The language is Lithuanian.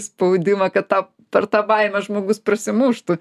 spaudimą kad tau per tą baimę žmogus prasimuštų